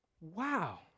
wow